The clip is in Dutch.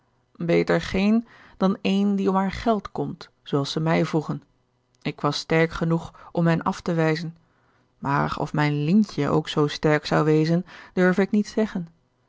beter geen dan een die om haar geld komt zooals ze mij vroegen ik was sterk genoeg om hen af te wijzen maar of mijn lientje ook zoo sterk zou wezen durf ik niet zeggen